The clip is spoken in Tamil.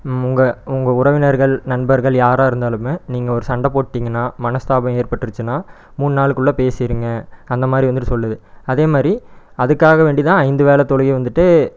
உங்கள் உங்கள் உறவினர்கள் நண்பர்கள் யாராக இருந்தாலுமே நீங்கள் ஒரு சண்டைப் போட்டீங்கன்னா மனஸ்தாபம் ஏற்பட்டுருச்சின்னா மூணு நாளுக்குள்ளே பேசிடுங்க அந்தமாதிரி வந்துவிட்டு சொல்லுது அதேமாதிரி அதுக்காக வேண்டிதான் ஐந்து வேளை தொழுகை வந்துவிட்டு